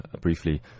briefly